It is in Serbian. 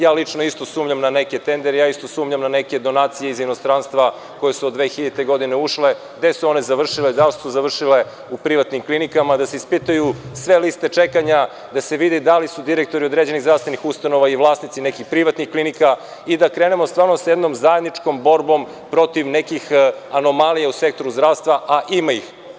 Ja lično sumnjam na neke tendere, sumnjam na neke donacije iz inostranstva koje su od 2000. godine ušle, gde su one završile, da li su završile u privatnim klinikama, da se ispitaju sve liste čekanja, da se vidi da li su direktori određenih zdravstvenih ustanova i vlasnici nekih privatnih klinika i da krenemo zajedno sa nekom zajedničkom borbom protiv nekih anomalija u sektoru zdravstva, a i ima ih.